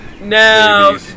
No